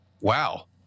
Wow